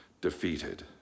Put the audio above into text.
defeated